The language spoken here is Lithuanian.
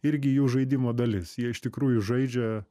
irgi jų žaidimo dalis jie iš tikrųjų žaidžia